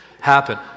happen